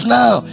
now